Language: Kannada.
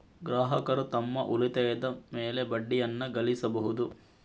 ಗ್ರಾಹಕರು ತಮ್ಮ ಉಳಿತಾಯದ ಮೇಲೆ ಬಡ್ಡಿಯನ್ನು ಗಳಿಸಬಹುದು